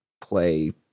play